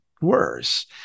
worse